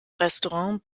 restaurant